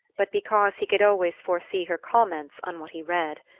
but because he could always foresee her comments on what he read.